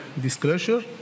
disclosure